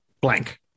blank